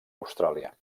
austràlia